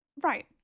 right